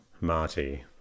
Marty